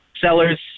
Sellers